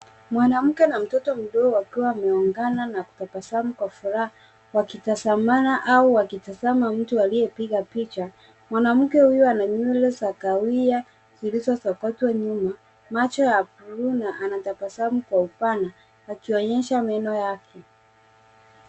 Mwanamke na mtoto mdogo wakiwa wameungana na kutabasamu kwa furaha wakitazamana au wakitazama mtu aliyepiga picha. Mwanamke huyo ana nywele za kahawia zilizosokotwa nyuma, macho ya bluu na anatabasamu kwa upana akionyesha meno yake.